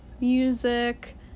music